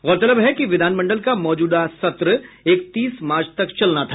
गौरतलब है कि विधानमंडल का मौजूदा सत्र इकतीस मार्च तक चलना था